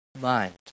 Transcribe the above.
mind